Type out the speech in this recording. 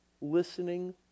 listening